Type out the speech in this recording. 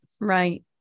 right